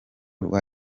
rwa